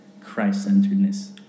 Christ-centeredness